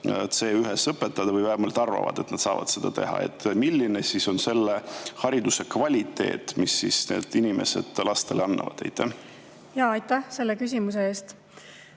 õpetada või vähemalt arvavad, et nad suudavad seda teha. Milline on selle hariduse kvaliteet, mis need inimesed lastele annavad? Aitäh selle küsimuse eest!